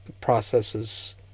processes